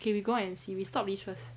okay we go out and see we stop this first